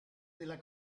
della